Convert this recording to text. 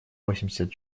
восемьдесят